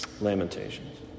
Lamentations